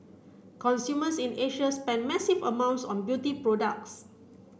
consumers in Asia spend massive amounts on beauty products